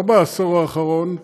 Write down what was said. לא בעשור האחרון,